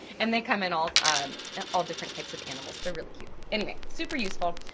and they come in all and all different types of animals, they're really cute. anyway, super useful.